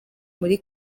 muri